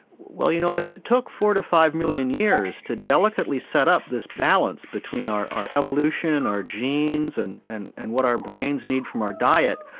you know if it took four to five million years to delicately set up this balance between our our evolution, our genes and and and what our brains need from our diet,